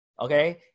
okay